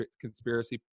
conspiracy